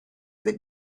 that